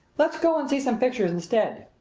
let us go and see some pictures instead.